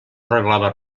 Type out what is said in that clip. arreglava